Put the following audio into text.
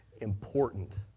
important